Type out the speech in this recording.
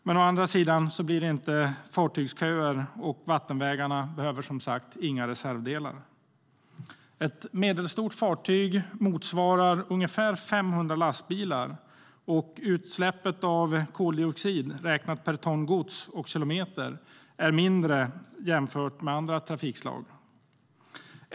Men det blir inte fartygsköer, och vattenvägarna behöver som sagt inga reservdelar. Ett medelstort fartyg motsvarar ungefär 500 lastbilar, och utsläppet av koldioxid räknat per ton gods och kilometer är mindre jämfört med andra trafikslag.